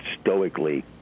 stoically